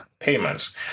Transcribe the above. payments